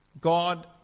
God